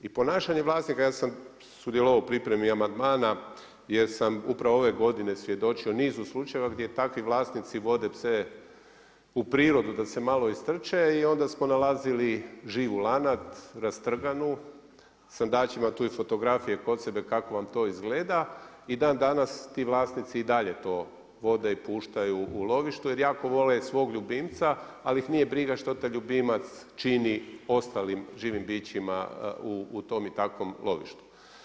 I ponašanje vlasnika, ja sam sudjelovao u pripremi amandmana jer sam upravo ove godine svjedočio niz slučajeva gdje takvi vlasnici vode pse u prirodu da se malo istrče i onda smo nalazili živu lanad rastrganu, srndaće tu je fotografije kod sebe kako vam to izgleda i dan danas ti vlasnici i dalje to vode i puštaju u lovištu jer jako vole svog ljubimca, ali ih nije briga što taj ljubimac čini ostalim živim bićima u tom i takvom lovištu.